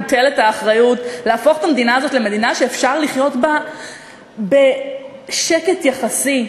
מוטלת האחריות להפוך את המדינה הזאת למדינה שאפשר לחיות בה בשקט יחסי,